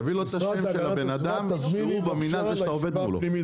תביא לו את השם של הבן אדם במינהל שאתה עובד מולו.